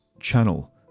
channel